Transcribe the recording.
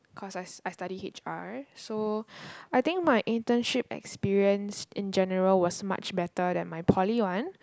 cause I I study h_r so I think my internship experience in general was much better than my Poly one